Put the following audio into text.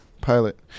Pilot